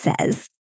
says